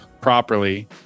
properly